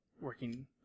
working